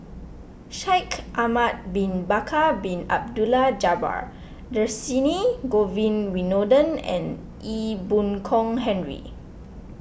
Shaikh Ahmad Bin Bakar Bin Abdullah Jabbar Dhershini Govin Winodan and Ee Boon Kong Henry